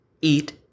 eat